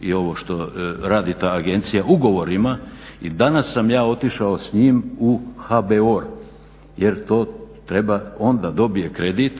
i ovo što radi ta agencija ugovor ima i danas sam ja otišao s njim u HBOR jer to treba, on da dobije kredit